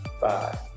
Five